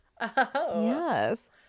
Yes